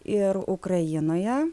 ir ukrainoje